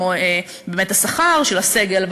כמו באמת השכר של הסגל,